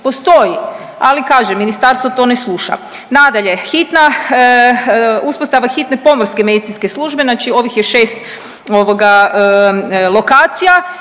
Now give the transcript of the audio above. postoji, ali kažem ministarstvo to ne sluša. Nadalje, uspostava hitne pomorske medicinske službe znači ovih je šest lokacija